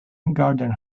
garden